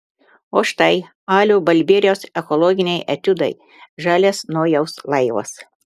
o štai alio balbieriaus ekologiniai etiudai žalias nojaus laivas